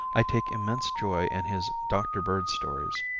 i take immense joy in his dr. bird stories.